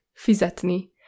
fizetni